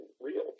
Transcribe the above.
real